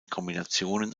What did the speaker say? kombinationen